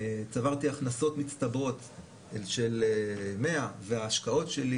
צברתי הכנסות מצטברות של 100 וההשקעות שלי